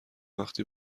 وقتی